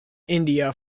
india